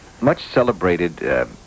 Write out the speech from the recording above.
much-celebrated